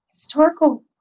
historical